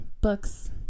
books